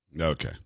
Okay